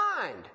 mind